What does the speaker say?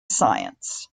science